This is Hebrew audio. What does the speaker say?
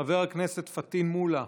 חבר הכנסת פטין מולא,